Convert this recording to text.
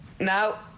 Now